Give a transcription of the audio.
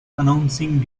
announcing